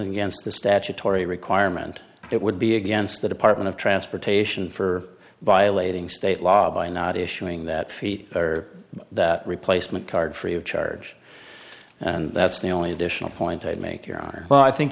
against the statutory requirement it would be against the department of transportation for violating state law by not issuing that feat or that replacement card free of charge and that's the only additional point i'd make your honor but i think